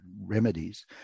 remedies